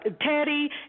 Teddy